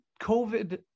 COVID